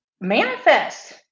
manifest